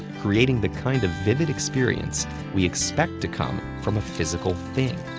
creating the kind of vivid experience we expect to come from a physical thing.